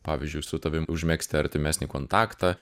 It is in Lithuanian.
pavyzdžiui su tavim užmegzti artimesnį kontaktą